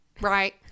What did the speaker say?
right